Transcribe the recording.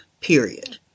period